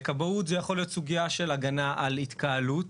לכבאות זו יכולה להיות סוגיה של הגנה על התקהלות,